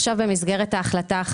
בהחלט.